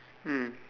mm